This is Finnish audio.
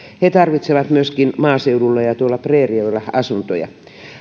he tarvitsevat myöskin maaseudulla ja tuolla preerioilla asuntoja